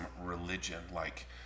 religion-like